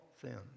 sin